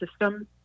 system